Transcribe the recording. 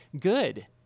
good